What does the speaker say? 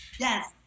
Yes